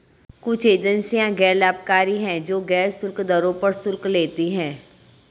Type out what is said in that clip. कुछ एजेंसियां गैर लाभकारी हैं, जो गैर शुल्क दरों पर शुल्क लेती हैं